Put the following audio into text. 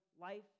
life